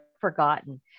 forgotten